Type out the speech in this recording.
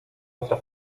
otra